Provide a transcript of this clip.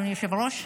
אדוני היושב-ראש.